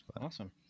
Awesome